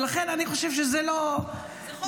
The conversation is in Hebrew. ולכן אני חושב שזה -- זה חוק של אין ברירה.